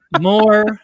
more